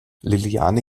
liliane